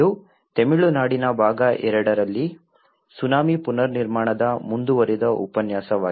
ಇದು ತಮಿಳುನಾಡಿನ ಭಾಗ ಎರಡರಲ್ಲಿ ಸುನಾಮಿ ಪುನರ್ನಿರ್ಮಾಣದ ಮುಂದುವರಿದ ಉಪನ್ಯಾಸವಾಗಿದೆ